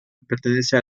pertenece